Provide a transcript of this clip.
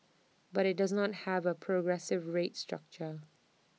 but IT does not have A progressive rate structure